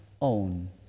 own